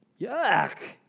Yuck